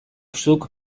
zuk